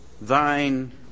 Thine